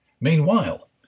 Meanwhile